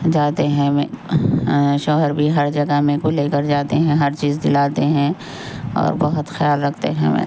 جاتے ہیں شوہر بھی ہر جگہ میرے کو لے کر جاتے ہیں ہر چیز دلاتے ہیں اور بہت خیال رکھتے ہیں میرا